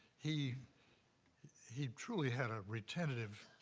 he he truly had a retentive,